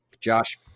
Josh